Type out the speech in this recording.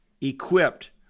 equipped